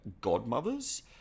godmothers